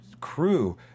crew